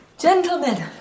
Gentlemen